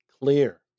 clear